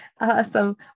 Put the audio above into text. Awesome